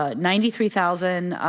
ah ninety three thousand